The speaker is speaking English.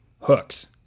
hooks